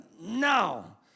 no